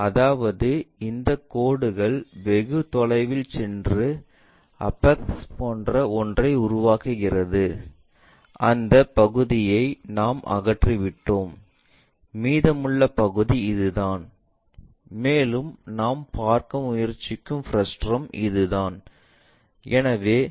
அதாவது இந்த கோடுகள் வெகுதொலைவில் சென்று அபெக்ஸ் போன்ற ஒன்றை உருவாக்குகின்றன அந்த பகுதியை நாம் அகற்றிவிட்டோம் மீதமுள்ள பகுதி இதுதான் மேலும் நாம் பார்க்க முயற்சிக்கும் பிருஷ்டம் இதுதான்